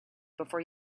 before